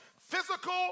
physical